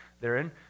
therein